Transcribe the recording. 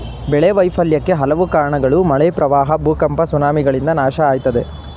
ಬೆಳೆ ವೈಫಲ್ಯಕ್ಕೆ ಹಲವು ಕಾರ್ಣಗಳು ಮಳೆ ಪ್ರವಾಹ ಭೂಕಂಪ ಸುನಾಮಿಗಳಿಂದ ನಾಶ ಆಯ್ತದೆ